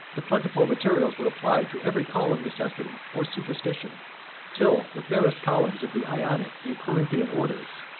the plentiful materials were applied to every call of necessity or superstition till the fairest columns of the ionic and corinthian orders,